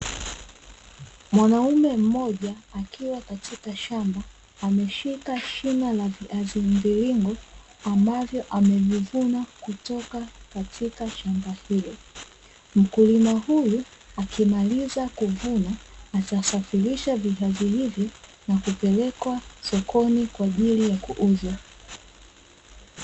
Mwanaume moja akiwa katika shamba ameshika shina la viazi mviringo, ambavyo amevivuna kutoka katika shamba hilo. Mkulima huyu akimaliza kuvuna atasafirisha viazi hivi na kupelekwa sokoni kwa ajili ya kuuzwa.